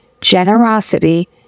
generosity